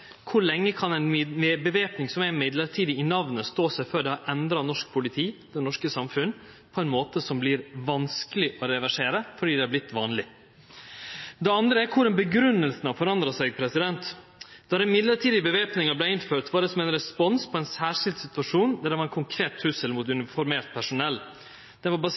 i namnet, stå seg før det har endra norsk politi, det norske samfunnet, på ein måte som vert vanskeleg å reversere fordi det har vorte vanleg? Det andre er korleis grunngjevinga har forandra seg. Då den mellombelse væpninga vart innført, var det som ein respons på ein særskild situasjon der det var ein konkret trussel mot uniformert personell. Det var